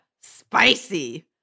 spicy